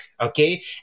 okay